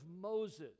Moses